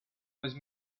those